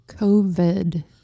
COVID